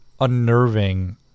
unnerving